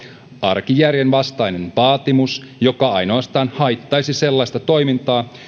arkijärjen vastainen vaatimus joka ainoastaan haittaisi sellaista toimintaa